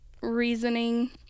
reasoning